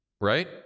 right